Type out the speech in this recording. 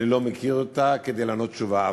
אני לא מכיר אותה כדי לענות תשובה.